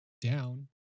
down